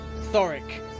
Thoric